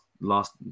last